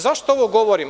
Zašto ovo govorim?